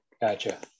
Gotcha